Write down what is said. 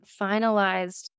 finalized